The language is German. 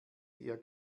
ihr